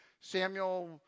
Samuel